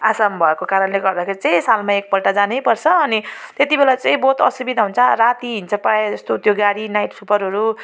असम भएको कारणले गर्दाखेरि चाहिँ सालमा एक पल्ट जानै पर्छ अनि त्यति बेला चाहिँ बहुत असुविधा हुन्छ राति हिँड्छ प्रायः जस्तो त्यो गाडी नाइट सुपरहरू